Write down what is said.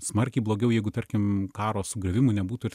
smarkiai blogiau jeigu tarkim karo sugriovimų nebūtų ir